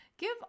Give